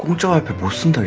joy proportion